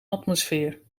atmosfeer